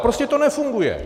Prostě to nefunguje.